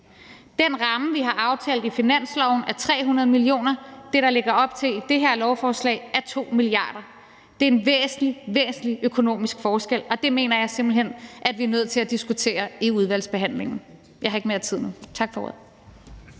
Den ramme, vi har aftalt i finansloven, er på 300 mio. kr.; det, der lægges op til med det her lovforslag, er 2 mia. kr. Det er en væsentlig økonomisk forskel, og det mener jeg simpelt hen vi er nødt til at diskutere i udvalgsbehandlingen. Jeg har ikke mere tid tilbage nu, tak for ordet.